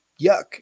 yuck